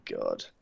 God